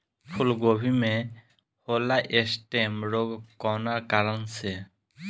फूलगोभी में होला स्टेम रोग कौना कारण से?